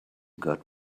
got